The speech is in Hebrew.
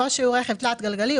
או שהוא רכב תלת-גלגלי,